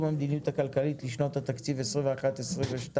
המדיניות הכלכלית לשנות התקציב 2021 ו-2022),